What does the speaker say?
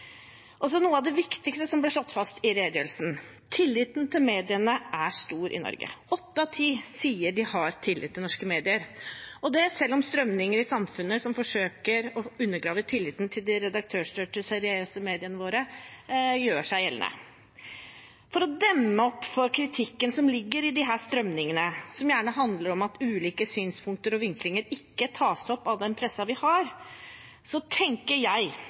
noe av det viktigste som ble slått fast i redegjørelsen: Tilliten til mediene er stor i Norge. Åtte av ti sier de har tillit til norske medier, og det selv om strømninger i samfunnet som forsøker å undergrave tilliten til de redaktørstyrte seriøse mediene våre, gjør seg gjeldende. For å demme opp for kritikken som ligger i disse strømningene, som gjerne handler om at ulike synspunkter og vinklinger ikke tas opp av den pressen vi har, tenker jeg